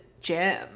gym